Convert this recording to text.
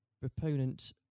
proponent